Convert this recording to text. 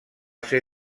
ser